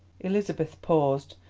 elizabeth paused.